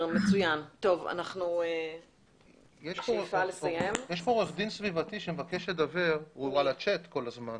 יש כאן עורך דין סביבתי שמבקש לדבר הוא על ה-צ'ט כל הזמן.